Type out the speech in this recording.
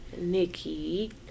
Nikki